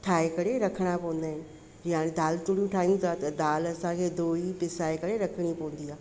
ठाहे करे रखणा पवंदा आहिनि यानी दाल तूरियूं ठाहियूं त तव्हां दाल असांखे धोई पिसाई करे रखणी पवंदी आहे